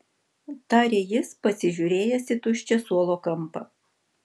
tarė jis pasižiūrėjęs į tuščią suolo kampą